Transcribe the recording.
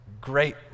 great